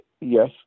Yes